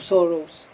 Sorrows